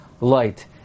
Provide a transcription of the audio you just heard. Light